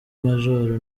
majoro